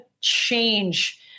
change